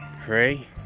pray